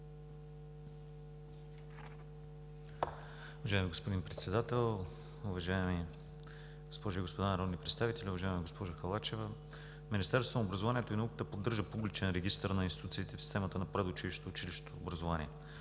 Уважаеми господин Председател, уважаеми госпожи и господа народни представители! Уважаема госпожо Халачева, Министерството на образованието и науката поддържа публичен регистър на институциите в системата на предучилищното и училищното образование.